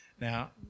Now